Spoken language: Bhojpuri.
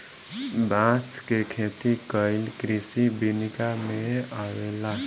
बांस के खेती कइल कृषि विनिका में अवेला